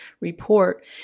report